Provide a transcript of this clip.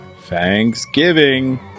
Thanksgiving